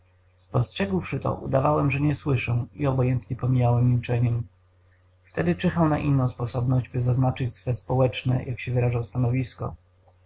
spostrzegłszy to udawałem że nie słyszę i obojętnie pomijałem milczeniem wtedy czyhał na inną sposobność by zaznaczyć swe społeczne jak się wyrażał stanowisko